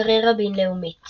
קריירה בינלאומית